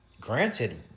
granted